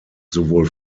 sowohl